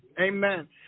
Amen